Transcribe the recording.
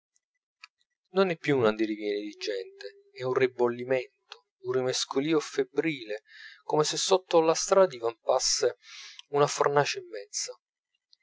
non è più un andirivieni di gente è un ribollimento un rimescolìo febbrile come se sotto la strada divampasse una fornace